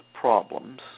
problems